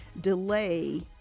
delay